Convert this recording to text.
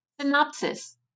synopsis